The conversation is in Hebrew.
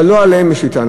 אבל לא עליהם יש לי טענה,